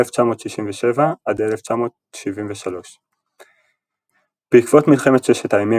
1967 - 1973 בעקבות מלחמת ששת הימים,